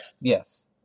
yes